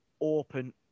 open